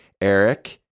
Eric